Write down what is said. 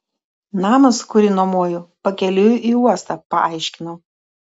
namas kurį nuomoju pakeliui į uostą paaiškinau